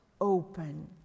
open